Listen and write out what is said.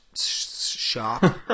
shop